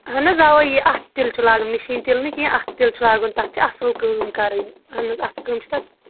اہن حظ اَوَے اَتھٕ تِلہٕ چھُ لاگُن مِشیٖن تِلہٕ نہٕ کینٛہہ اَتھٕ تِلہٕ چھُ لاگُن تَتھ چھِ اَصٕل کٲم کَرٕنۍ اہن حظ اَتھٕ کٲم چھِ تَتھ